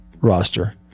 roster